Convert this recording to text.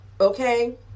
Okay